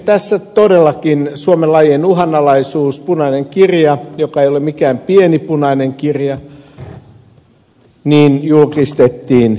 tässä todellakin suomen lajien uhanalaisuus punainen kirja joka ei ole mikään pieni punainen kirja julkistettiin eilen